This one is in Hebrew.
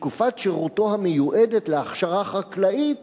שתקופת שירותו המיועדת להכשרה חקלאית